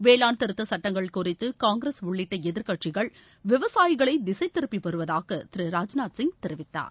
வேளாண் திருத்தச் சட்டங்கள் குறித்து காங்கிரஸ் உள்ளிட்ட எதிர்க்கட்சிகள் விவசாயிகளை திசை திருப்பி வருவதாக திரு ராஜ்நாத் சிங் தெரிவித்தார்